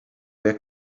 jak